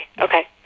Okay